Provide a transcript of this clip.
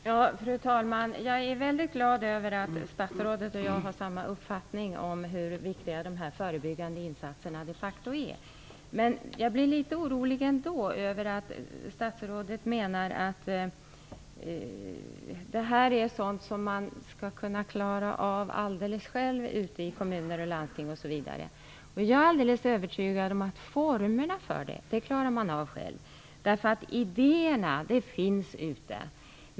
Fru talman! Jag är väldigt glad att statsrådet och jag har samma uppfattning om hur viktiga de här förebyggande insatserna de facto är. Men jag blir ändå litet orolig över att statsrådet menar att detta är sådant som man kan klara av alldeles själv ute i kommuner, landsting osv. Jag är alldeles övertygad om att man klarar formerna för det här själv. Idéerna finns nämligen redan ute.